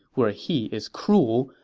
where he is cruel,